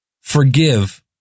forgive